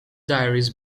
diaries